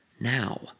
now